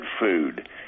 food